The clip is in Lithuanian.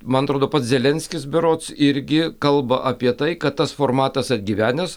man atrodo pats zelenskis berods irgi kalba apie tai kad tas formatas atgyvenęs